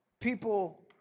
people